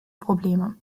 probleme